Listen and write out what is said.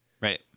Right